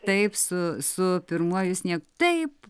taip su su pirmuoju sniegu taip